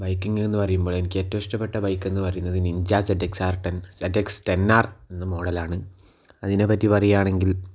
biking എന്ന് പറയുമ്പോൾ എനിക്കേറ്റവും ഇഷ്ടപ്പെട്ട ബൈക്കെന്നു പറയുന്നത് Ninja ZXR ten ZX ten R എന്ന മോഡലാണ് അതിനെ പറ്റി പറയുവാണെങ്കിൽ